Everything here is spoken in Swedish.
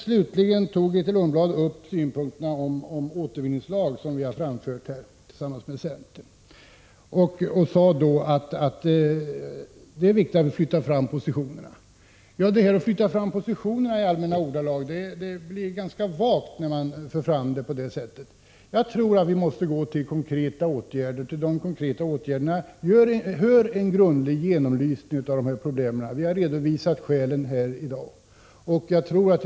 Slutligen kommenterade Grethe Lundblad de synpunkter på en återvinningslag som vi framfört tillsammans med centern och sade att det är viktigt att flytta fram positionerna. Men det blir ganska vagt när man i allmänna ordalag talar om att flytta fram positionerna. Jag tror att vi måste gå till konkreta åtgärder, och till sådana hör en grundlig genomlysning av dessa problem. Vi har i dag redovisat skälen till att en sådan behövs.